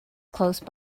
close